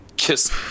Kiss